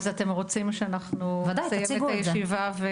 אז אתם רוצים שאנחנו נסיים את הישיבה --- ודאי,